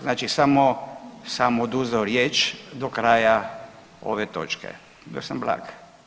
Znači samo sam oduzeo riječ do kraja ove točke, bio sam blag.